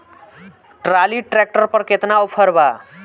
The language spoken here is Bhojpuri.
ट्राली ट्रैक्टर पर केतना ऑफर बा?